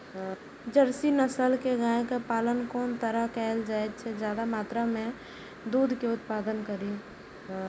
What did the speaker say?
Jersey नस्ल के गाय के पालन कोन तरह कायल जाय जे ज्यादा मात्रा में दूध के उत्पादन करी?